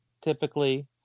typically